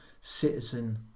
citizen